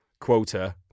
quota